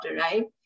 right